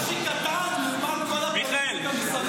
רש"י קטן לעומת כל הפוליטיקה מסביב.